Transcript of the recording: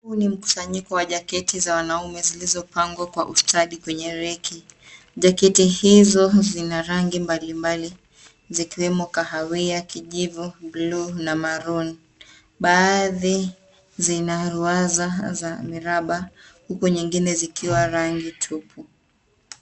Huu ni mkusanyiko wa jaketi za wanaume zilizopangwa kwa ustadi kwenye rack .Jaketi hizo zina rangi mbalimbali, zikiwemo kahawia, kijivu, bluu na maroon .Baadhi zina ruwaza za miraba huku nyingine zikiwa rangi tupu.